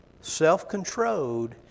self-controlled